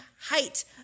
height